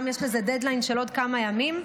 גם יש לזה דד-ליין של עוד כמה ימים,